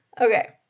Okay